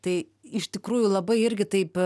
tai iš tikrųjų labai irgi taip